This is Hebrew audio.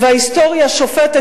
וההיסטוריה שופטת,